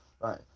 Right